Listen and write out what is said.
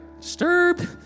Disturbed